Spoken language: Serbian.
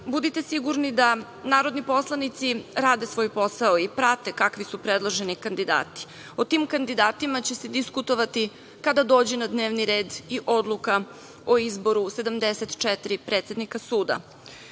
budite sigurni da narodni poslanici rade svoj posao i prate kakvi su predloženi kandidati. O tim kandidatima će se diskutovati kada dođe na dnevni red i odluka o izboru 74 predsednika suda. Zbog